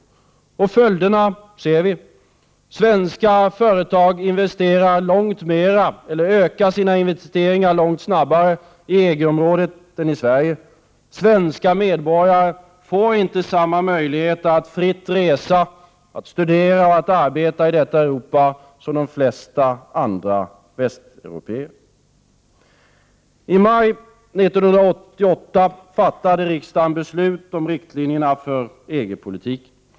Vi ser följderna. Svenska företag ökar sina investeringar långt snabbare i EG-området än i Sverige. Svenska medborgare får inte samma möjligheter att fritt resa, studera och arbeta i detta Europa som de flesta andra västeuropéer. I maj 1988 fattade riksdagen beslut om riktlinjerna för EG-politiken.